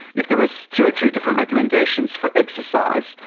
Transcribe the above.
if there was two or three different recommendations for exercise,